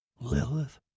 Lilith